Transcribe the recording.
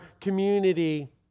community